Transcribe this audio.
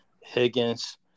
Higgins